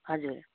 हजुर